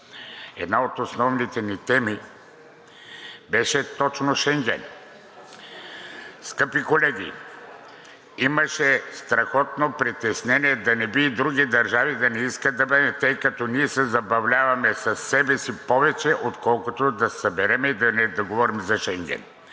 Една от основните ни теми беше точно Шенген. Скъпи колеги, имаше страхотно притеснение да не би и други държави да не искат да бъдем, тъй като ние се забавляваме със себе си повече, отколкото да се съберем и да говорим за Шенген.